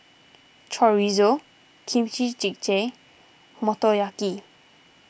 Chorizo Kimchi Jjigae Motoyaki